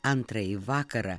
antrąjį vakarą